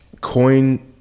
coin